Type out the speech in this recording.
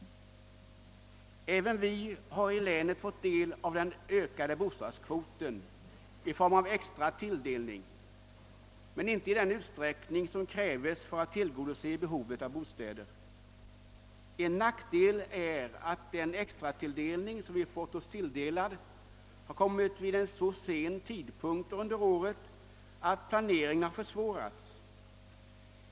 Även i vårt län har vi fått del av den ökade bostadskvoten i form av extra tilldelning, men inte i den utsträckning som krävs för att man skall kunna tillgodose behovet av bostäder. En nackdel är att den extratilldelning som vi fått har kommit vid en så sen tidpunkt under året att planeringen har försvårats.